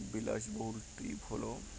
বিলাসবহুল টিপ হলো